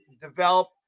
develop